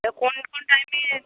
তা কোন কোন টাইমে